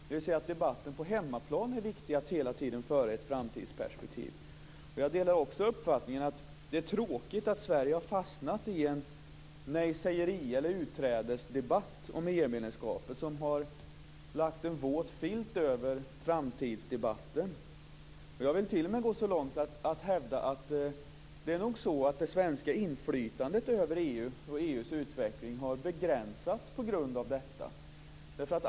Det är viktigt att hela tiden föra debatten på hemmaplan i ett framtidsperspektiv. Jag delar också uppfattningen att det är tråkigt att Sverige har fastnat i ett nejsägeri eller en utträdesdebatt om EU-medlemskapet som lagt en våt filt över framtidsdebatten. Jag vill t.o.m. gå så långt som att hävda att det nog är så att det svenska inflytandet över EU och EU:s utveckling har begränsats på grund av detta.